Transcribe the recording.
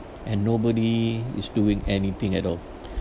and nobody is doing anything at all